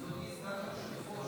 אדוני סגן היושב-ראש,